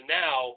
now